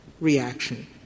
reaction